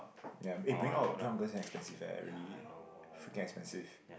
ya eh bring out bring out girls damn expensive eh really freaking expensive